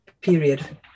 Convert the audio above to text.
period